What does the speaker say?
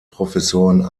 professoren